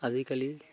আজিকালি